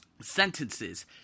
sentences